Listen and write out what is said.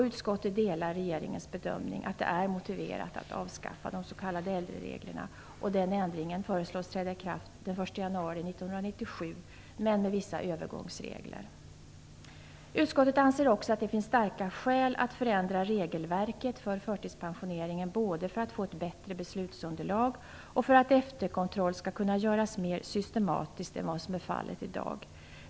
Utskottet delar regeringens bedömning att det är motiverat att avskaffa de s.k. äldrereglerna. Den ändringen föreslås träda i kraft den 1 januari 1997 med vissa övergångsregler. Utskottet anser också att det finns starka skäl att förändra regelverket för förtidspensioneringen både för att få ett bättre beslutsunderlag och för att efterkontroll skall kunna göras mer systematiskt än vad som är fallet i dag.